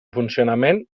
funcionament